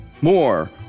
More